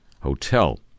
hotel